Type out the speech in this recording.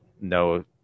No